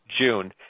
June